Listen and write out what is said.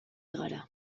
gara